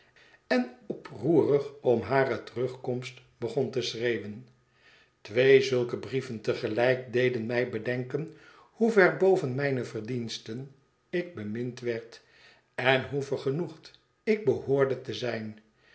en oproerig om hare terugkomst begon te schreeuwen twee zulke brieven te gelijk deden mij bedenken hoe ver boven mijne verdiensten ik bemind werd en hoe vergenoegd ik behoorde te zijn